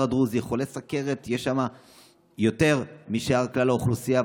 הדרוזי יש חולי סוכרת יותר מאשר בכלל האוכלוסייה,